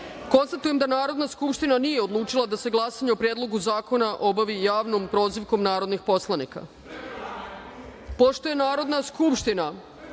vam. Konstatujem da Narodna skupština nije odlučila da se glasanje o Predlogu zakona obavi javno - prozivkom narodnih poslanika. Pošto je Narodna skupština